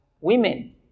Women